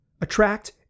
Attract